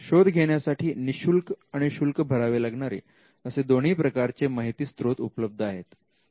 शोध घेण्यासाठी निशुल्क आणि शुल्क भरावे लागणारे असे दोन्ही प्रकारचे माहिती स्त्रोत उपलब्ध आहेत